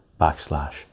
backslash